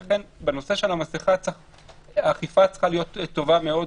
לכן בנושא הזה האכיפה צריכה להיות טובה מאוד,